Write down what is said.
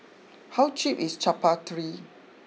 how cheap is Chaat Papri